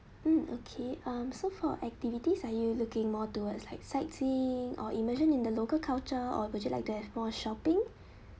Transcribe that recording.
mm okay um so for activities are you looking more towards like sightseeing or immersion in the local culture or would you like to have more shopping